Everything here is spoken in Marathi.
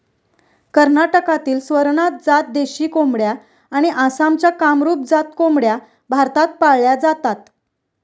कर्नाटकातील स्वरनाथ जात देशी कोंबड्या आणि आसामच्या कामरूप जात कोंबड्या भारतात पाळल्या जातात